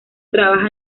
trabaja